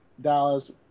Dallas